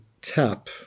tap